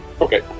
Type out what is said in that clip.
Okay